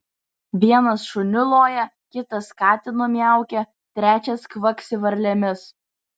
vienas šuniu loja kitas katinu miaukia trečias kvaksi varlėmis